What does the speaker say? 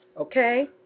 okay